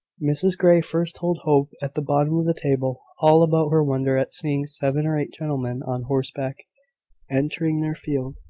mrs grey first told hope, at the bottom of the table, all about her wonder at seeing seven or eight gentlemen on horseback entering their field.